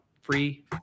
Free